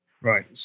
Right